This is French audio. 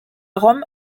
rome